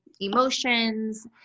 emotions